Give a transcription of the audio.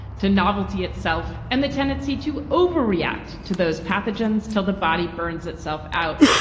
to novelty itself and the tendency to overreact to those pathogens till the body burns itself out.